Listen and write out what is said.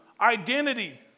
identity